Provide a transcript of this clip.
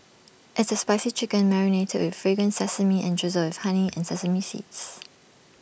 it's A spicy chicken marinated with fragrant sesame and drizzled with honey and sesame seeds